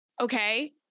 okay